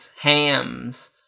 Hams